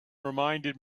reminded